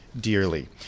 dearly